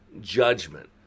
judgment